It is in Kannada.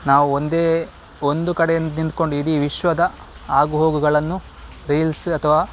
ನಾವು ಒಂದೇ ಒಂದು ಕಡೆಯಿಂದ ನಿಂತುಕೊಂಡು ಇಡೀ ವಿಶ್ವದ ಆಗುಹೋಗುಗಳನ್ನು ರೀಲ್ಸ್ ಅಥವಾ